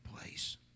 place